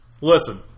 Listen